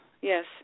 Yes